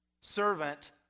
servant